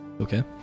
Okay